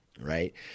right